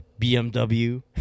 bmw